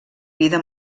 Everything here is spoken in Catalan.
vida